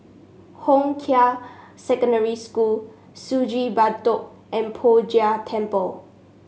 Hong Kah Secondary School Sungei Bedok and Poh Jay Temple